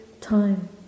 time